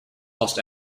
los